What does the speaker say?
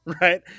right